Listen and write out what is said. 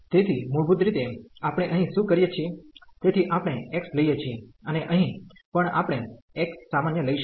તેથી મૂળભૂત રીતે આપણે અહીં શું કરીએ છીએ તેથી આપણે x લઈએ છીએ અને અહીં પણ આપણે x સમાન્ય લઈશું